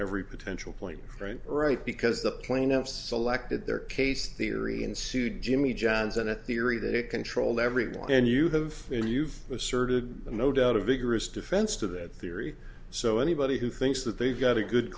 every potential point right because the plaintiffs selected their case theory and sued jimmie johnson a theory that it controlled everything and you have and you've asserted that no doubt a vigorous defense to that theory so anybody who thinks that they've got a good